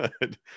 good